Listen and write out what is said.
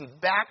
back